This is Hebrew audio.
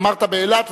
אמרת באילת,